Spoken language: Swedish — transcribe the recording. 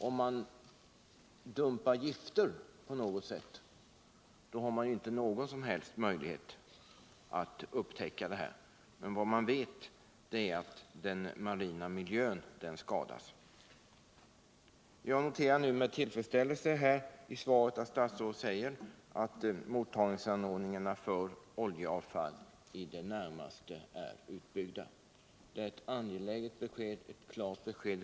Om fartyg också dumpar gifter ute till havs har man ingen möjlighet att upptäcka, men man vet att den marina miljön skadas av detta. Jag noterar nu med tillfredsställelse att statsrådet säger i svaret att mottagningsanordningarna för oljeavfall i det närmaste är utbyggda. Det är ett angeläget, klart och positivt besked.